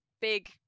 big